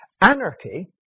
Anarchy